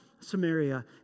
Samaria